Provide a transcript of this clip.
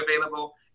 available